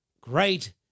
great